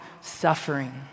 suffering